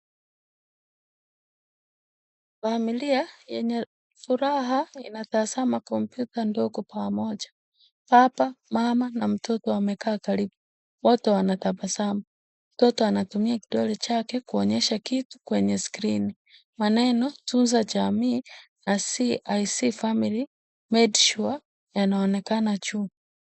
Familia yenye furaha inatazama kompyuta ndogo pamoja. Baba, mama na mtoto wamekaa karibu. Wote wanatabasamu, mtoto anatumia kidole chake kuonyesha kitu kwenye screeni. Maneno tunza jamii I see family made sure yanaonekana juu.